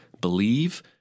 believe